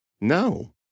No